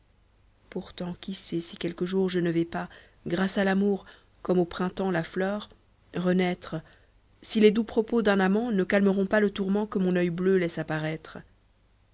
pourtant qui sait si quelque jour je ne vais pas grâce à l'amour comme au printemps la fleur renaitre si les doux propos d'un amant ne calmeront pas le tourment que mon oeil bleu laisse apparaître